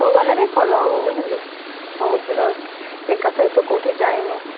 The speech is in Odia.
ତୁ ଗଲେ ବି ଭଲ ହେବ ବୁଝିଲୁ ବହୁତ ଦିନ ଏକା ସହିତ କେଉଁଠି ଯାଇନୁ